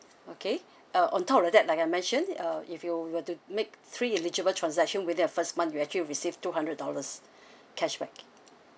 okay uh on top of that like I mentioned uh if you will to make three eligible transaction within the first month you actually receive two hundred dollars cashback